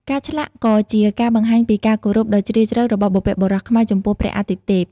ការឆ្លាក់ក៏ជាការបង្ហាញពីការគោរពដ៏ជ្រាលជ្រៅរបស់បុព្វបុរសខ្មែរចំពោះព្រះអាទិទេព។